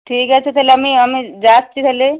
ঠিক আছে তাহলে আমি আমি যাচ্ছি তাহলে